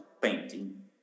painting